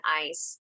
ice